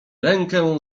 rękę